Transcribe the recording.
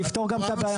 זה יפתור את הבעיה.